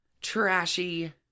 trashy